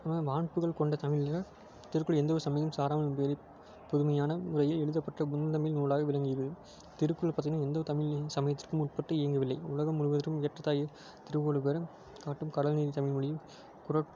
ஆனால் வான்புகழ் கொண்ட தமிழ்னா திருக்குறள் எந்த ஒரு சமயமும் சாராமல் இப்படி இருப் புதுமையான முறையில் எழுதப்பட்ட குறுந்தமிழ் நூலாக விளங்குகிறது திருக்குறள் பார்த்தீங்கன்னா எந்த ஒரு தமிழ்லையும் சமயத்துலேயும் உட்பட்டு இயங்கவில்லை உலகம் முழுவதுரும் ஏற்றத்தாகி திருவள்ளுவர் காட்டும் கடல்நீதி தமிழ் மொழியும் குறப்